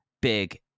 big